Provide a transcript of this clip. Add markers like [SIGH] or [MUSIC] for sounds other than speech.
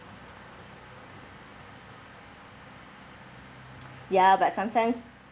[NOISE] ya but sometimes